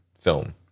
film